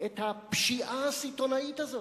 הפשיעה הסיטונית הזאת.